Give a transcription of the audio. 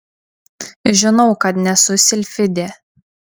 žinau kad nesu silfidė